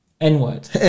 N-word